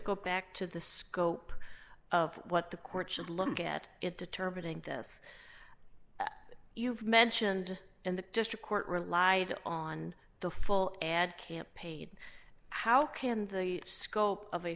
go back to the scope of what the court should look at it determining this you've mentioned in the district court relied on the full ad campaign how can the scope of a